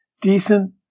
decent